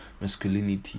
masculinity